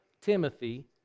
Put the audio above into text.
Timothy